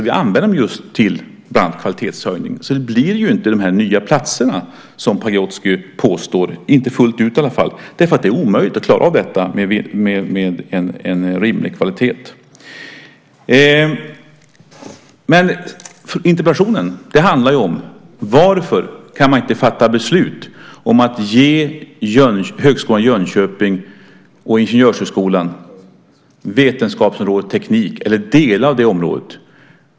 Vi använder dem just till bland annat kvalitetshöjning. Det blir inte de nya platser som Pagrotsky påstår, inte fullt ut i varje fall. Det är omöjligt att klara av detta med en rimlig kvalitet. Interpellationen handlar om: Varför kan man inte fatta beslut om att ge Högskolan i Jönköping och Ingenjörshögskolan vetenskapsområdet teknik eller delar av det området?